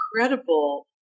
incredible